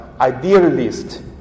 idealist